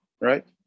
right